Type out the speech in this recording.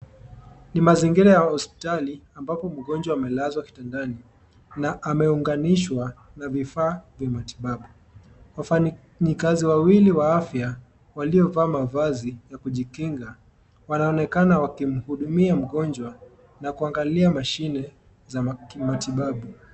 Ni mazingira ya hospitali ambapo mgonjwa amelazwa kitandani na ameunganishwa na vifaa vya matibabu wafanyikazi wawili wa afya waliovaa mavazi ya kujikinga wanaonekana wakimhudumia mgonjwa na kuangalia mashine za kimatibabu.